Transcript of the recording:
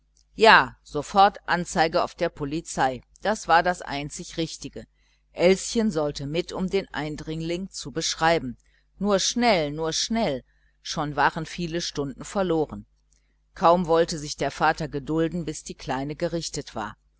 ja sofort anzeige auf der polizei das war das einzig richtige elschen sollte mit um den eindringling zu beschreiben nur schnell nur schnell schon waren viele stunden verloren kaum wollte sich der vater gedulden bis die kleine gerichtet war